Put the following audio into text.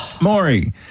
Maury